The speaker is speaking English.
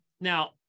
Now